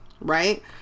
right